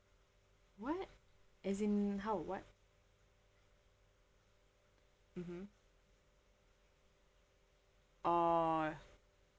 what as in how what mmhmm orh